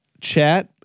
Chat